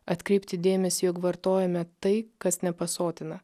atkreipti dėmesį jog vartojame tai kas nepasotina